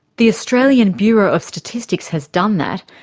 the australian bureau of statistics has done that,